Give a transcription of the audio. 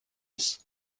ist